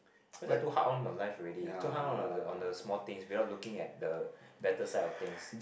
because you're too hard on on life already too hard on on the on the small things without looking at the better side of things